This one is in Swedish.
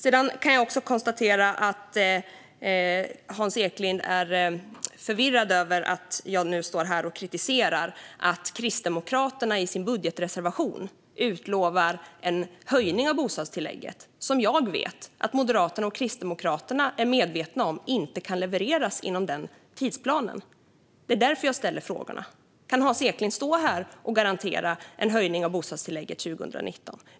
Jag kan också konstatera att Hans Eklind är förvirrad över att jag står här och kritiserar Kristdemokraterna för att de i sin budgetreservation utlovar en höjning av bostadstillägget som jag vet att Moderaterna och Kristdemokraterna är medvetna om inte kan levereras inom den tidsplanen. Det är därför jag ställer frågor. Kan Hans Eklind stå här och garantera en höjning av bostadstillägget 2019?